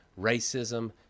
racism